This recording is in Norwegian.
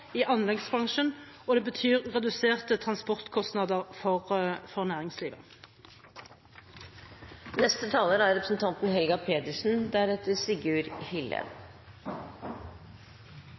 i anleggsbransjen, og det betyr reduserte transportkostnader for